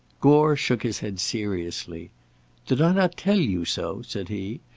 gore shook his head seriously did i not tell you so? said he.